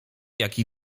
jaki